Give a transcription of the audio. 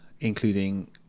including